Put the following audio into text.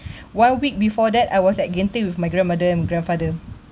one week before that I was at genting with my grandmother and grandfather